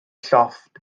llofft